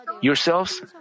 yourselves